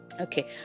okay